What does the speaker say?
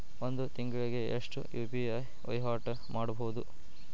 ಒಂದ್ ತಿಂಗಳಿಗೆ ಎಷ್ಟ ಯು.ಪಿ.ಐ ವಹಿವಾಟ ಮಾಡಬೋದು?